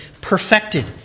perfected